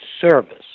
service